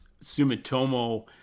Sumitomo